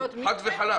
חד וחלק.